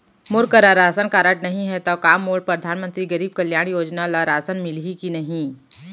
मोर करा ration card नहीं है त का मोल परधानमंतरी गरीब कल्याण योजना ल मोला राशन मिलही कि नहीं?